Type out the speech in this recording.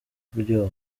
kuryoha